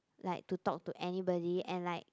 like to talk to anybody and like